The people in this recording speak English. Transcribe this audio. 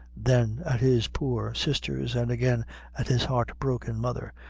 then at his poor sisters, and again at his heart-broken mother,